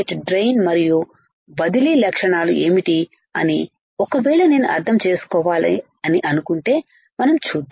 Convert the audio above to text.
drain మరియు బదిలీ లక్షణాలు ఏమిటి అని ఒక వేళ నేను అర్థం చేసుకోవాలని అనుకుంటేమనం చూద్దాం